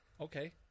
Okay